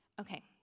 Okay